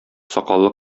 сакаллы